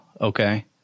okay